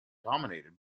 dominated